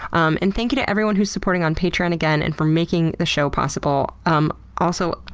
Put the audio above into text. um and thank you to everyone who's supporting on patreon, again, and for making this show possible. um also,